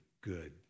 good